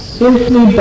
simply